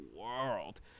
world